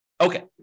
Okay